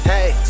Hey